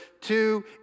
Two